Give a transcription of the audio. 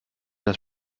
das